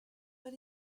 but